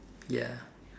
ya